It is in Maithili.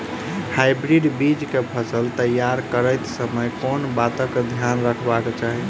हाइब्रिड बीज केँ फसल तैयार करैत समय कऽ बातक ध्यान रखबाक चाहि?